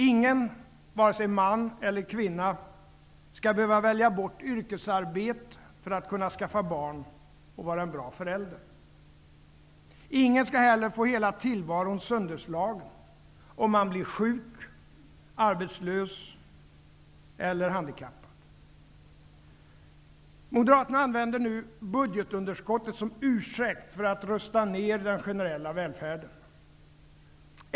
Ingen, vare sig man eller kvinna, skall behöva välja bort yrkesarbete för att kunna skaffa barn och vara en bra förälder. Ingen skall heller få hela tillvaron sönderslagen om vederbörande blir sjuk, arbetslös eller handikappad. Moderaterna använder nu budgetunderskottet som ursäkt för att rusta ned den generella välfärden.